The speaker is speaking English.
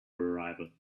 arrival